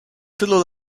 tylu